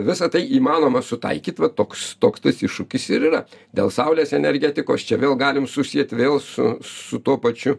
visa tai įmanoma sutaikyt vat toks toks tas iššūkis ir yra dėl saulės energetikos čia vėl galim susieti vėl su su tuo pačiu